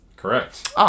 correct